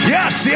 Yes